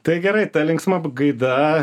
tai gerai ta linksma gaida